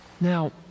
Now